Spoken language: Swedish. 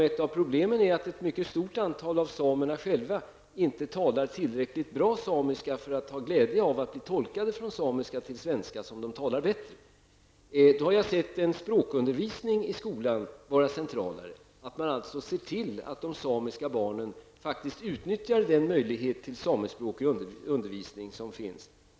Ett av problemen är att ett mycket stort antal av samerna själva inte talar tillräckligt bra samiska för att ha glädje av att bli tolkade från samiska till svenska, som de talar bättre. Jag har då ansett det centralare med språkundervisning i skolan, att man ser till att de samiska barnen utnyttjar den möjlighet till samespråklig undervisning som finns.